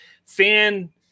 Fan